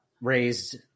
raised